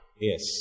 Yes